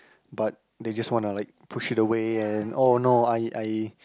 but they just want to like push it away and oh no I I